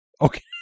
Okay